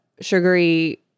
sugary